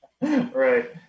Right